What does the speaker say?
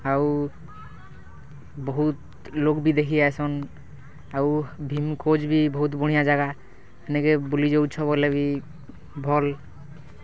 ଆଉ ବହୁତ ଲୋକ ବି ଦେଖି ଆସନ୍ ଆଉ ଭୀମ ଖୋଜ ବି ବହୁତ ବଢ଼ିଁଆ ଯାଗା ନେକେ ବୁଲି ଯାଉଛ ବୋଲେ କି ଭଲ୍